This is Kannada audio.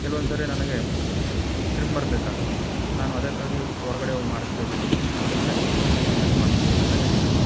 ಕೆಲವೊಂದು ಸರಿ ನನಗೆ ಟ್ರಿಮ್ಮರ್ ಬೇಕಾಗುತ್ತೆ ನಾನು ಅದಕ್ಕಾಗಿ ಹೊರ್ಗಡೆ ಹೋಗ್ ಮಾಡಿಸ್ತಾ ಇದ್ದಿದ್ದು ಮೊದಲೆಲ್ಲ ಇತ್ತು ಸ್ಟ್ರಿಮ್ ಮಾಡಿಸೋದು ಇದೆಲ್ಲ ಇದ್ದಿದ್ದು